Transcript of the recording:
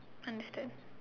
understand